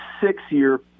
six-year